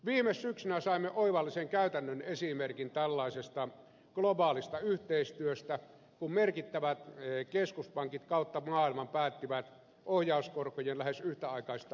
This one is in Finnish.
viime syksynä saimme oivallisen käytännön esimerkin tällaisesta globaalista yhteistyöstä kun merkittävät keskuspankit kautta maailman päättivät ohjauskorkojen lähes yhtäaikaisista alentamisista